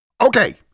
Okay